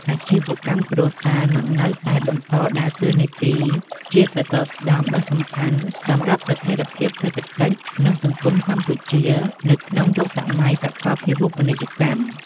អាជីវកម្មគ្រួសារនឹងនៅតែបន្តដើរតួនាទីជាសសរស្តម្ភដ៏សំខាន់សម្រាប់ស្ថិរភាពសេដ្ឋកិច្ច និងសង្គមកម្ពុជានៅក្នុងយុគសម័យសកលភាវូបនីយកម្ម។